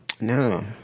no